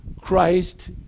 Christ